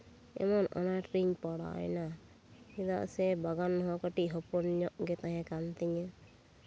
ᱮᱢᱚᱱ ᱟᱱᱟᱴ ᱨᱤᱧ ᱯᱟᱲᱟᱣ ᱮᱱᱟ ᱪᱮᱫᱟᱜ ᱥᱮ ᱵᱟᱜᱟᱱ ᱦᱚᱸ ᱠᱟᱹᱴᱤᱡ ᱦᱚᱯᱚᱱ ᱧᱚᱜ ᱜᱮ ᱛᱟᱦᱮᱸ ᱠᱟᱱ ᱛᱤᱧᱟᱹ